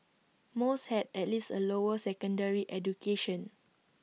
most had at least A lower secondary education